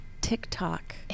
TikTok